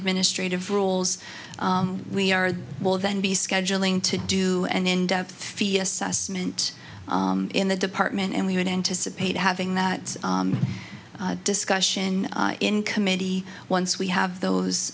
administrative rules we are well then be scheduling to do an in depth feel assessment in the department and we would anticipate having that discussion in committee once we have those